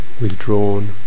withdrawn